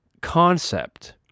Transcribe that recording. concept